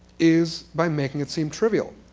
is by making it seem trivial.